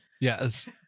yes